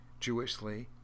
Jewishly